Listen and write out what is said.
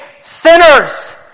sinners